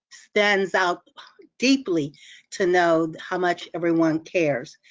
stands out deeply to know how much everyone cares.